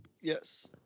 Yes